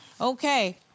Okay